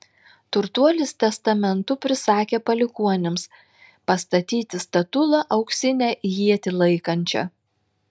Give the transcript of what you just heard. turtuolis testamentu prisakė palikuonims pastatyti statulą auksinę ietį laikančią